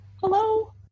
Hello